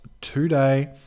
today